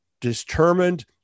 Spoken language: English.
determined